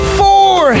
four